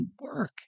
work